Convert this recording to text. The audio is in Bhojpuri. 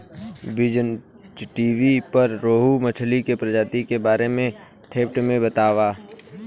बीज़टीवी पर रोहु मछली के प्रजाति के बारे में डेप्थ से बतावता